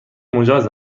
مجاز